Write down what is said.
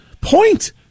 point